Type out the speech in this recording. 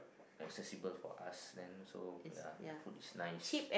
accessible for us then so ya the food is nice